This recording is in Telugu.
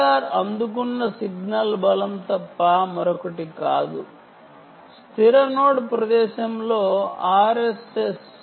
స్థిర నోడ్ ప్రదేశంలో అందుకున్న సిగ్నల్ బలం తప్ప మరొకటి కాదు ఆర్ఎస్ఎస్